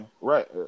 right